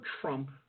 Trump